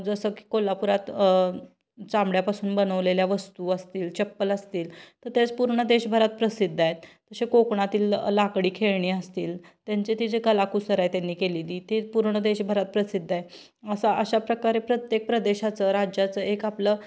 जसं की कोल्हापुरात चामड्यापासून बनवलेल्या वस्तू असतील चप्पल असतील तर तेच पूर्ण देशभरात प्रसिद्ध आहेत तसे कोकणातील लाकडी खेळणी असतील त्यांचे ती जे कलाकुसर आहे त्यांनी केलेली ती पूर्ण देशभरात प्रसिद्ध आहे असं अशा प्रकारे प्रत्येक प्रदेशाचं राज्याचं एक आपलं